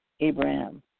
Abraham